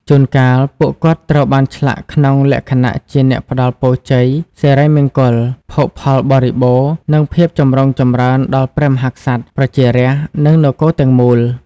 ជួនកាល ពួកគាត់ត្រូវបានឆ្លាក់ក្នុងលក្ខណៈជាអ្នកផ្ដល់ពរជ័យ សិរីមង្គល ភោគផលបរិបូរណ៍ និងភាពចម្រុងចម្រើនដល់ព្រះមហាក្សត្រ ប្រជារាស្ត្រ និងនគរទាំងមូល។